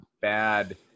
bad